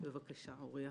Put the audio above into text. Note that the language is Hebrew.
אוריה, בבקשה.